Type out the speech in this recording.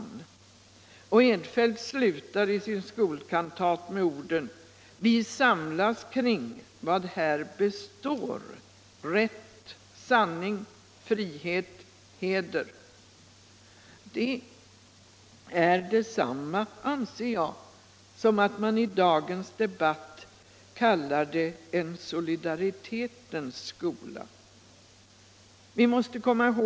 21 maj 1976 Och Edfelt slutar sin skolkantat med orden ”Vi samlas kring vad här = består, rätt, sanning, frihet, heder.” Det är detsamma anser jag, som Skolans inre arbete det man i dagens debatt kallar en solidaritetens skola. Vi måste komma = Mm.m.